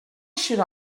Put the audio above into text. should